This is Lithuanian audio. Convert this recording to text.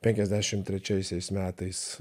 penkiasdešim trečiaisiais metais